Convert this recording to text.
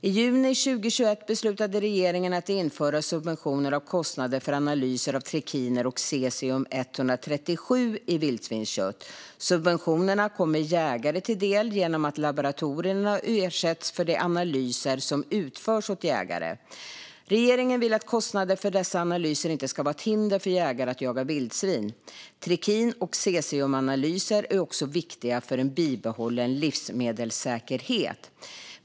I juni 2021 beslutade regeringen att införa subventioner av kostnader för analyser av trikiner och cesium-137 i vildsvinskött. Subventionerna kommer jägare till del genom att laboratorierna ersätts för de analyser som utförs åt jägare. Regeringen vill att kostnaden för dessa analyser inte ska vara ett hinder för jägare att jaga vildsvin. Trikin och cesiumanalyser är också viktiga för en bibehållen livsmedelssäkerhet.